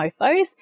mofos